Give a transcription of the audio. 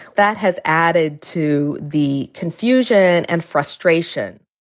that has added to the confusion and frustration.